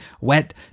wet